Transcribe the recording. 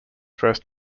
first